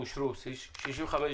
הסעיפים אושרו.